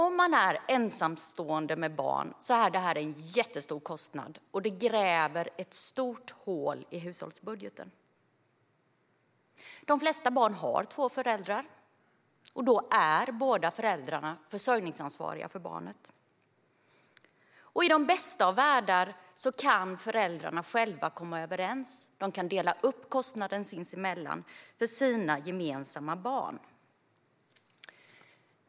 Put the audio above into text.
Om man är ensamstående med barn är det här en jättestor kostnad som gräver ett stort hål i hushållsbudgeten. De flesta barn har två föräldrar, och då är båda föräldrarna försörjningsansvariga för barnet. I den bästa av världar kan föräldrarna själva komma överens. De kan dela upp kostnaden sinsemellan för sina gemensamma barn.